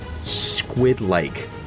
squid-like